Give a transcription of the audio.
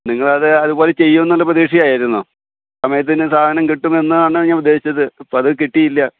നിങ്ങളത് അതുപോലെ ചെയ്യുമെന്നുള്ള പ്രതീക്ഷയായിരുന്നു സമയത്തിന് സാധനം കിട്ടുമെന്നാണ് ഞാൻ ഉദ്ദേശിച്ചത് അപ്പത് കിട്ടിയില്ല